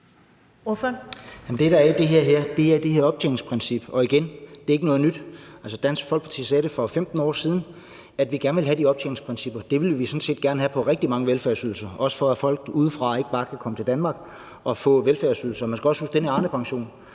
Det, der er i det her, er det her optjeningsprincip. Og igen, det er ikke noget nyt. Dansk Folkeparti sagde for 15 år siden, at vi gerne vil have de optjeningsprincipper. Det vil vi sådan set gerne have på rigtig mange velfærdsydelser, også for at folk udefra ikke bare kan komme til Danmark og få velfærdsydelser. Man skal også huske, at den her Arnepension